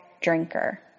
drinker